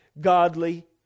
godly